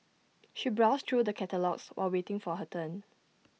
she browsed through the catalogues while waiting for her turn